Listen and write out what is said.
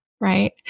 right